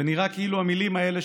ונראה כאילו המילים האלה,